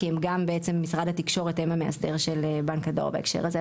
כי גם משרד התקשורת הם המאסדר של בנק הדואר בהקשר הזה,